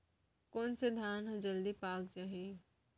कोन से धान ह जलदी पाक जाही?